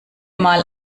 mal